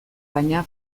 baina